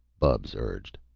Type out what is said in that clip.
bubs urged.